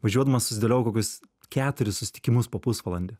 važiuodamas susidėliojau kokius keturis susitikimus po pusvalandį